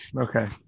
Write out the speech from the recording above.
okay